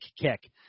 kick